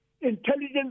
intelligence